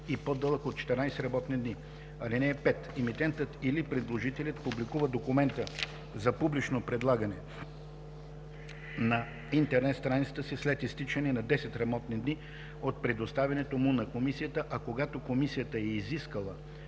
и по-дълъг от 14 работни дни. (5) Емитентът или предложителят публикува документа за публично предлагане на интернет страницата си след изтичане на 10 работни дни от представянето му на комисията, а когато комисията е изискала